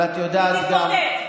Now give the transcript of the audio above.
היא תתמוטט.